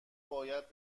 باید